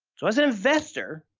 so, as an investor